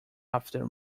after